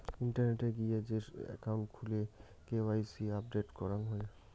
ইন্টারনেটে গিয়ে যে একাউন্ট খুলে কে.ওয়াই.সি আপডেট করাং হই